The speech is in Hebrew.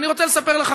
אני רוצה לספר לך,